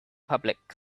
public